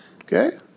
Okay